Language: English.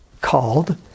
called